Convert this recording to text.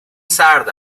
سرد